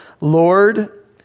Lord